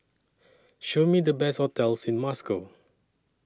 Show Me The Best hotels in Moscow